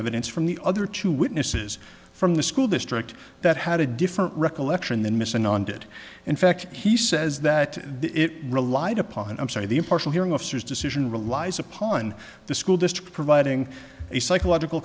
evidence from the other two witnesses from the school district that had a different recollection than miss and on did in fact he says that it relied upon i'm sorry the impartial hearing officers decision relies upon the school district providing a psychological